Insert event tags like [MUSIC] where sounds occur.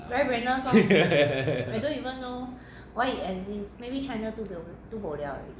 [LAUGHS]